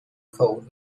code